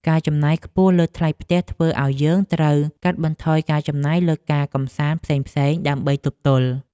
ការចំណាយខ្ពស់លើថ្លៃផ្ទះធ្វើឱ្យយើងត្រូវកាត់បន្ថយការចំណាយលើការកម្សាន្តផ្សេងៗដើម្បីទប់ទល់។